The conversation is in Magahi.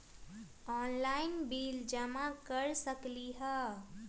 ऑनलाइन बिल जमा कर सकती ह?